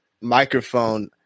microphone